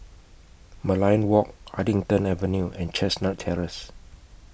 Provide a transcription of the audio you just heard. Merlion Walk Huddington Avenue and Chestnut Terrace